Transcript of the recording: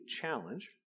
challenge